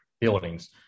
buildings